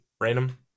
random